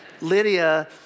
Lydia